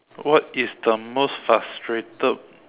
what is the most frustrated